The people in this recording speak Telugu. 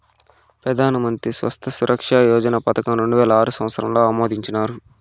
పెదానమంత్రి స్వాస్త్య సురక్ష యోజన పదకం రెండువేల ఆరు సంవత్సరంల ఆమోదించినారు